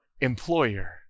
employer